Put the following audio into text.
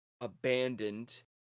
abandoned